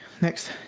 next